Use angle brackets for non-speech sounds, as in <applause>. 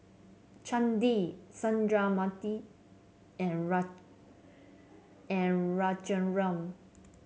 Chandi Sundramoorthy and <unintelligible> and Raghuram